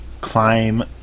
Climb